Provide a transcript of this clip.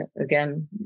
again